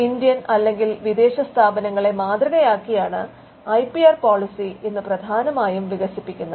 Indian അല്ലെങ്കിൽ വിദേശ സ്ഥാപനങ്ങളെ മാതൃകയാക്കിയാണ് ഐ പി ആർ പോളിസി ഇന്ന് പ്രധാനമായും വികസിപ്പിക്കുന്നത്